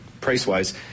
price-wise